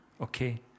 okay